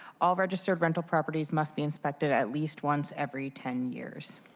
all registered rental properties must be inspected at least once every ten years.